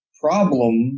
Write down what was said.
problem